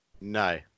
No